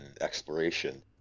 exploration